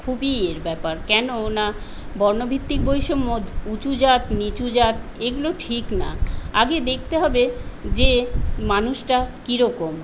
খুবই এর ব্যাপার কেন না বর্ণভিত্তিক বৈষম্য উঁচু জাত নিচু জাত এগুলো ঠিক না আগে দেখতে হবে যে মানুষটা কিরকম